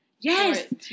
Yes